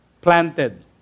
planted